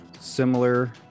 similar